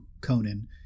Conan